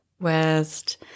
West